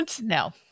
no